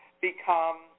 become